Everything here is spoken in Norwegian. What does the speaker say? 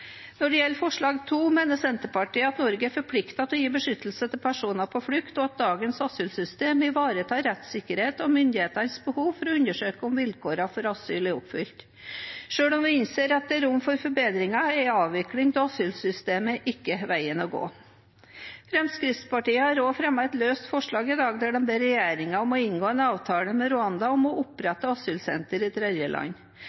Når det gjelder forslag nr. 2, mener Senterpartiet at Norge er forpliktet til å gi beskyttelse til personer på flukt, og at dagens asylsystem ivaretar rettssikkerheten og myndighetenes behov for å undersøke om vilkårene for asyl er oppfylt. Selv om vi innser at det er rom for forbedringer, er avvikling av asylsystemet ikke veien å gå. Fremskrittspartiet har også fremmet et løst forslag i dag der de ber regjeringen inngå en avtale med Rwanda om å